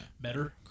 Better